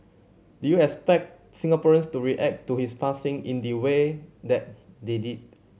did you expect Singaporeans to react to his passing in the way that they did